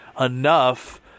enough